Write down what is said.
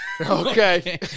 Okay